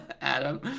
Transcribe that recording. Adam